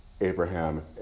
Abraham